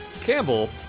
Campbell